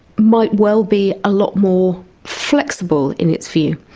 might well be a lot more flexible in its view,